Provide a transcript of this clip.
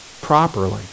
properly